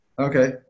Okay